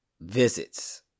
visits